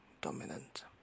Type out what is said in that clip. dominant